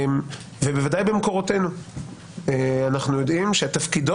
ובוודאי במקורותינו אנחנו יודעים שתפקידו